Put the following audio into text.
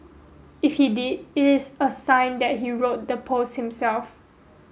if he did it is a sign that he wrote the post himself